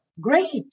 Great